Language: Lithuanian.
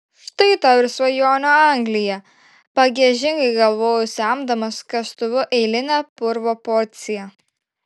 štai tau ir svajonių anglija pagiežingai galvojau semdamas kastuvu eilinę purvo porciją